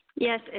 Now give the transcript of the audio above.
Yes